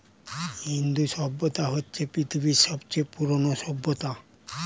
হিন্দু সভ্যতা হচ্ছে পৃথিবীর সবচেয়ে পুরোনো সভ্যতা